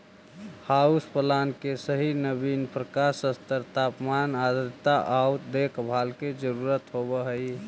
house plant के सही नवीन प्रकाश स्तर तापमान आर्द्रता आउ देखभाल के जरूरत होब हई